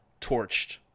torched